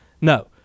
no